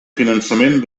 finançament